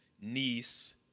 niece